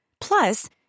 Plus